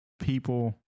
people